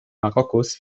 marokkos